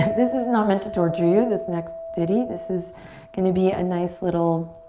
this is not meant to torture you, this next ditty. this is gonna be a nice little